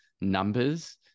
numbers